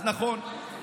אז נכון,